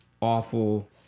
awful